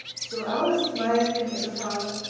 so i always admired him as a father.